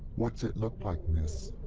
what's it look like, miss?